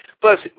Plus